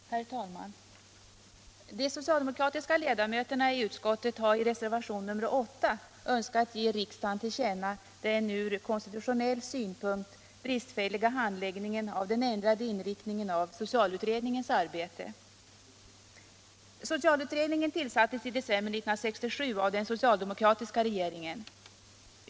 Herr talman! De socialdemokratiska ledamöterna i utskottet har i reservationen 8 önskat ge riksdagen till känna den från konstitutionell synpunkt bristfälliga handläggningen av den ändrade inriktningen av socialutredningens arbete. Socialutredningen tillsattes i december 1967 av den socialdemokratiska regeringen.